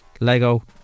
lego